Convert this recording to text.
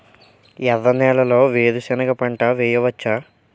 ఎర్ర నేలలో వేరుసెనగ పంట వెయ్యవచ్చా?